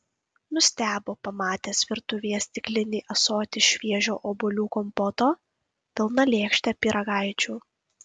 nustebo pamatęs virtuvėje stiklinį ąsotį šviežio obuolių kompoto pilną lėkštę pyragaičių